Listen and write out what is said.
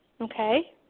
Okay